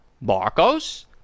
Marcos